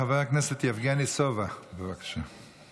חבר הכנסת יבגני סובה, בבקשה.